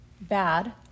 bad